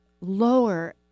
lower